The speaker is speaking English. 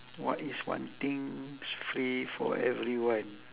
what is one thing is free for everyone